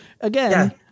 again